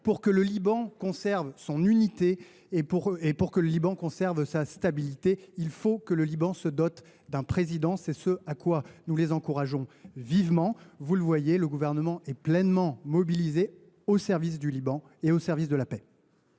pour que le Liban conserve son unité et sa stabilité. Il faut que le Liban se dote d’un Président. C’est ce à quoi nous l’encourageons vivement. Vous le voyez, le Gouvernement est pleinement mobilisé au service du Liban et au service de la paix.